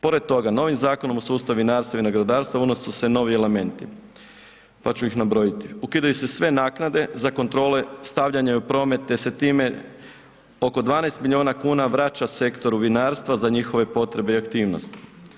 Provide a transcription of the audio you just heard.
Pored toga, novim Zakonom o sustavu vinarstva i vinogradarstva unose se novi elementi, pa ću ih nabrojiti: Ukidaju se sve naknade za kontrole stavljanja i u promet gdje se time oko 12 milijuna kuna vraća sektoru vinarstva za njihove potrebe i aktivnosti.